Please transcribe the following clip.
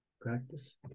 practice